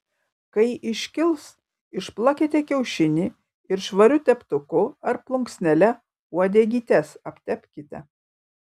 kai iškils išplakite kiaušinį ir švariu teptuku ar plunksnele uodegytes aptepkite